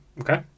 Okay